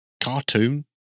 cartoon